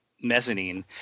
mezzanine